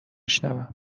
شنوم